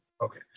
Okay